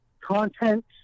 content